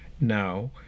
now